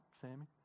Sammy